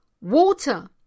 water